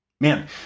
Man